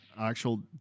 actual